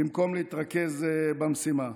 במקום להתרכז במשימה.